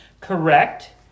Correct